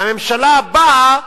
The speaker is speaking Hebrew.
והממשלה באה